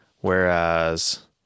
Whereas